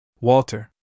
Walter